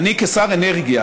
אני, כשר אנרגיה,